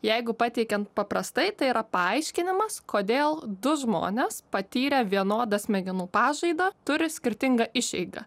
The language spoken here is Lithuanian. jeigu pateikiant paprastai tai yra paaiškinimas kodėl du žmonės patyrę vienodą smegenų pažaidą turi skirtingą išeigą